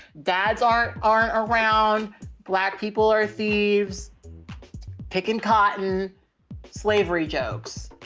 dads aren't, aren't around black people are thieves picking cotton slavery jokes.